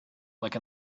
like